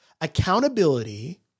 accountability